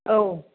औ